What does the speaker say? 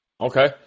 Okay